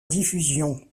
diffusion